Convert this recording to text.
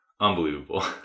unbelievable